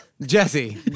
Jesse